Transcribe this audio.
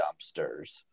dumpsters